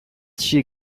she